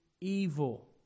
evil